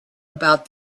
about